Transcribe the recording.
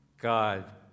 God